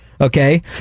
Okay